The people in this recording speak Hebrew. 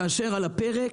כאשר על הפרק,